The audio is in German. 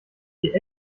die